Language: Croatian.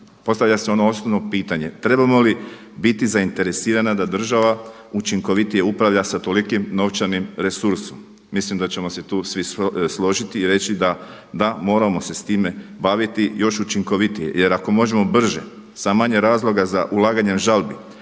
Postavlja se ono osnovno pitanje trebamo li biti zainteresirani da država učinkovitije upravlja sa tolikim novčanim resursom? Mislim da ćemo se tu svi složiti i reći da, da moramo se s time baviti još učinkovitije. Jer ako možemo brže sa manje razloga za ulaganjem žalbi,